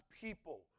people